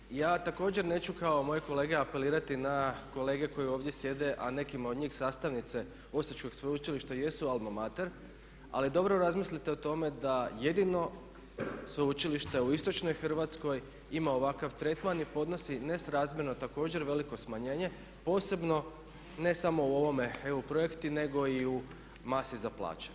Ja također neću kao moje kolege apelirati na kolege koji ovdje sjede, a nekima od njih sastavnice Osječkog sveučilišta jesu … Ali dobro razmislite o tome da jedino sveučilište u istočnoj Hrvatskoj ima ovakav tretman i podnosi nesrazmjerno također veliko smanjenje posebno ne samo u ovome EU projekti, nego i u masi za plaće.